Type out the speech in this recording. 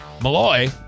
Malloy